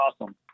awesome